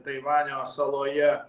taivanio saloje